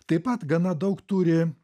taip pat gana daug turi